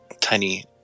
tiny